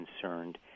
concerned